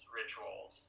rituals